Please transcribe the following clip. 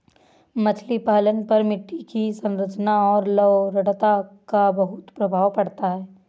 मछली पालन पर मिट्टी की संरचना और लवणता का बहुत प्रभाव पड़ता है